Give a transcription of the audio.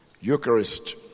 Eucharist